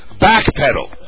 backpedal